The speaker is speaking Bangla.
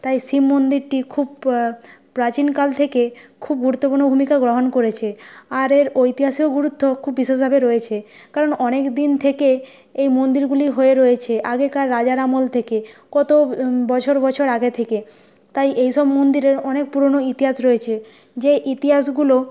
তাই শিব মন্দিরটি খুব প্রাচীনকাল থেকে খুব গুরুত্বপূর্ণ ভূমিকা গ্রহণ করেছে আর এর ইতিহাসেও গুরুত্ব খুব বিশেষভাবে রয়েছে কারণ অনেকদিন থেকে এই মন্দিরগুলি হয়ে রয়েছে আগেকার রাজার আমল থেকে কত বছর বছর আগে থেকে তাই এইসব মন্দিরের অনেক পুরোনো ইতিহাস রয়েছে যে ইতিহাসগুলো